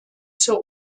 zur